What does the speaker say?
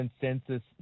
consensus